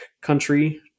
Country